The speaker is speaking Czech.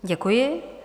Děkuji.